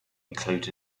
included